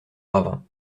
ravin